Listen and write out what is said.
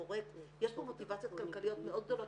יש פה מוטיבציות כלכליות מאוד גדולות